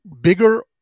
bigger